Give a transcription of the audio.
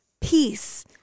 peace